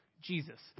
Jesus